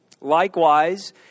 Likewise